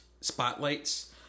spotlights